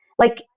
like,